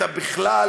אתה בכלל